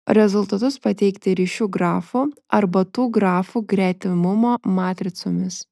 rezultatus pateikti ryšių grafu arba tų grafų gretimumo matricomis